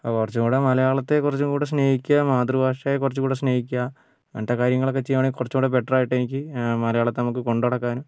അപ്പോൾ കുറച്ചും കൂടി മലയാളത്തെ കുറച്ചും കൂടി സ്നേഹിക്കുക മാതൃഭാഷയെ കുറച്ചും കൂടി സ്നേഹിക്കുക അങ്ങനത്തെ കാര്യങ്ങളൊക്കെ ചെയ്യുകയാണെങ്കിൽ കുറച്ചും കൂടി ബെറ്റർ ആയിട്ട് എനിക്ക് മലയാളത്തെ നമുക്ക് കൊണ്ടുനടക്കാനും